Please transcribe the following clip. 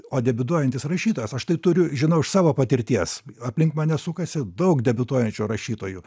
o debiutuojantis rašytojas aš tai turiu žinau iš savo patirties aplink mane sukasi daug debiutuojančių rašytojų